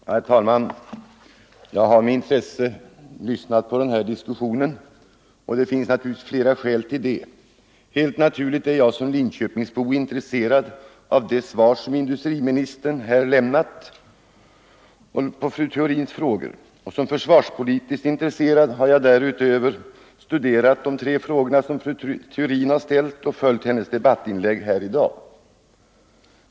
Herr talman! Jag har av flera skäl med intresse lyssnat på den här diskussionen. Helt naturligt är jag som linköpingsbo intresserad av industriministerns svar på fru Theorins frågor, och som försvarspolitiskt intresserad har jag därutöver studerat de tre frågor som fru Theorin har ställt och följt hennes debattinlägg i dag.